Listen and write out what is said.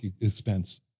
expense